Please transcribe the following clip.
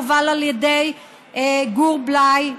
שמובל על ידי גור בליי.